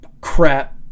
crap